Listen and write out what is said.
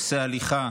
עושה הליכה,